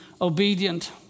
obedient